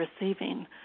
receiving